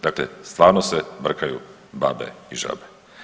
Dakle, stvarno se brkaju babe i žabe.